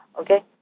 Okay